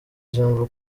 ijambo